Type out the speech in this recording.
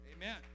Amen